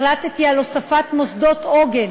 החלטתי על הוספת מוסדות עוגן